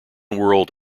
world